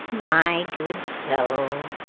my good soul,